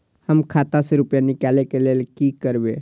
हम खाता से रुपया निकले के लेल की करबे?